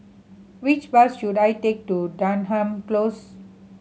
which bus should I take to Denham Close